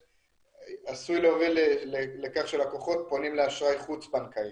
עשוי להוביל לכך שלקוחות פונים לאשראי חוץ בנקאי,